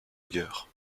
guerre